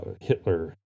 Hitler